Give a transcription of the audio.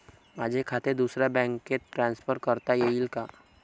माझे खाते दुसऱ्या बँकेत ट्रान्सफर करता येईल का?